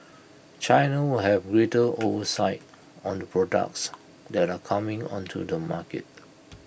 China will have greater oversight on the products that are coming onto the market